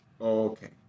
Okay